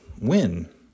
win